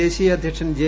ദേശീയ അധ്യക്ഷൻ ജെ